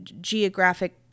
geographic